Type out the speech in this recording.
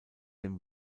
dem